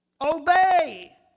Obey